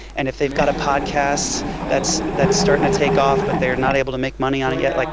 and if they've got a podcast that's that's starting to take off, but they're not able to make money on it yet, like